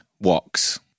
walks